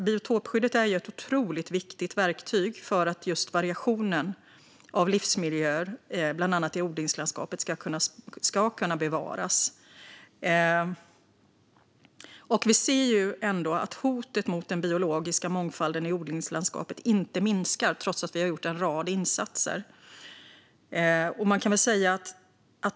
Biotopskyddet är ett otroligt viktigt verktyg för att just variationen av livsmiljöer i bland annat odlingslandskapet ska kunna bevaras. Vi ser att hotet mot den biologiska mångfalden i odlingslandskapet inte minskar, trots att vi har gjort en rad insatser.